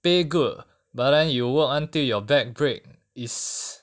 pay good but then you work until your back break is